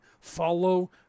Follow